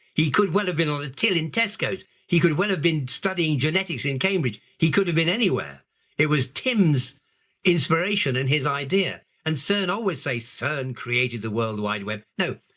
he could well have been on a till in tesco's, he could well have been studying genetics in cambridge, he could have been anywhere it was tim's inspiration and his idea. and cern always say cern created the world wide web. no,